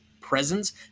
presence